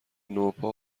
نوپا